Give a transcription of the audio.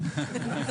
היושב-ראש,